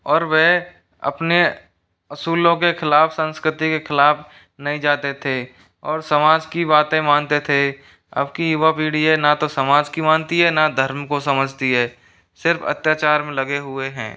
और वह अपने असूलों के ख़िलाफ़ संस्कृति के ख़िलाफ़ नहीं जाते थे और समाज की बातें मानते थे अब की युवा पीढ़ी है ना तो समाज की मानती है ना धर्म को समझती है सिर्फ़ अत्याचार में लगे हुए हैं